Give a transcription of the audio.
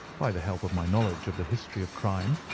by the help of my knowledge of the history of crime,